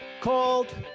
called